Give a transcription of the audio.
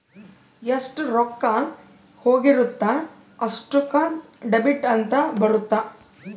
ಎಷ್ಟ ರೊಕ್ಕ ಹೋಗಿರುತ್ತ ಅಷ್ಟೂಕ ಡೆಬಿಟ್ ಅಂತ ಬರುತ್ತ